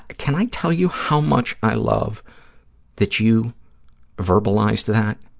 can i tell you how much i love that you verbalized that?